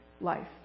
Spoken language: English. life